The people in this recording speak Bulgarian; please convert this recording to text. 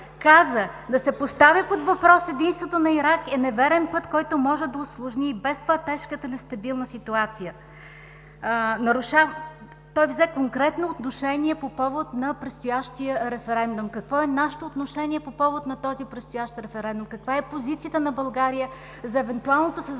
каза: да се поставя под въпрос единството на Ирак е неверен път, който може да усложни и без това тежката нестабилна ситуация. Той взе конкретно отношение по повод на предстоящия референдум. Какво е нашето отношение по повод на този предстоящ референдум? Каква е позицията на България за евентуалното създаване